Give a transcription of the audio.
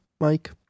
mike